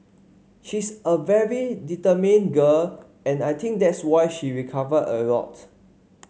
she's a very determined girl and I think that's why she recovered a lot